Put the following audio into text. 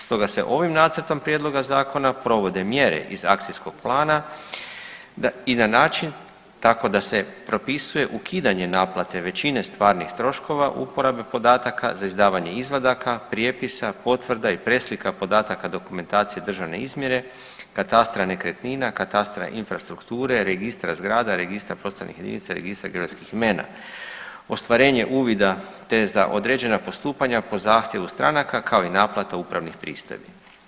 Stoga se ovim nacrtom prijedloga zakona provode mjere iz akcijskog plana i na način tako da se propisuje ukidanje naplate većine stvarnih troškova uporabe podataka za izdavanje izvadaka, prijepisa, potvrda i preslika podataka dokumentacije državne izmjere, katastra nekretnina, katastra infrastrukture, registra zgrada, registra prostornih jedinica, registra hrvatskih imena, ostvarenje uvida, te za određena postupanja po zahtjevu stranaka, kao i naplata upravnih pristojbi.